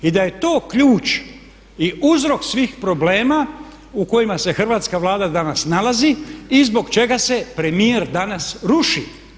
I da je to ključ i uzrok svih problema u kojima se hrvatska Vlada danas nalazi i zbog čega se premijer danas ruši.